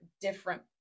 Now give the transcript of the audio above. different